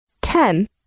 Ten